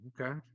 okay